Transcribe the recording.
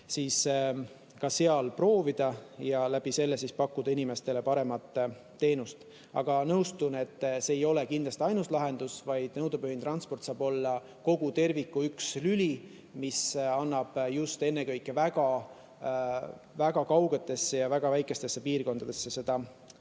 ka seal proovida ja pakkuda inimestele paremat teenust. Aga nõustun, et see ei ole kindlasti ainus lahendus, vaid nõudepõhine transport saab olla kogu terviku üks lüli, mis annab võimaluse sõita ennekõike väga kaugetesse ja väga väikestesse piirkondadesse. Ja